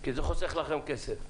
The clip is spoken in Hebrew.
כי זה חוסך לכם כסף.